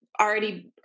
Already